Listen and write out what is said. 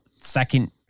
second